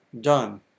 done